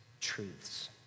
truths